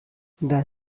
the